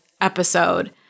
episode